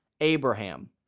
Abraham